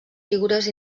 figures